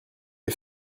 est